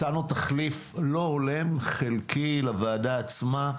מצאנו תחליף לא הולם, חלקי לוועדה עצמה,